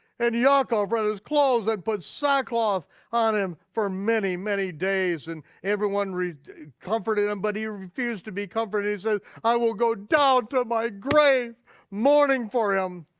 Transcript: and yaakov rent his clothes and put sackcloth on him for many, many days, and everyone comforted him but he refused to be comforted, said i will go down to my grave mourning for him.